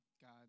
God